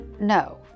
No